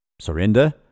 surrender